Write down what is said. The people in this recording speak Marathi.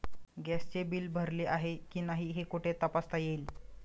गॅसचे बिल भरले आहे की नाही हे कुठे तपासता येईल?